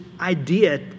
idea